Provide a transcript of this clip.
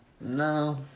No